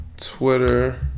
Twitter